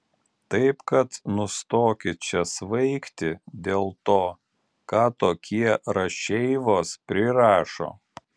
taip kad nustokit čia svaigti dėl to ką tokie rašeivos prirašo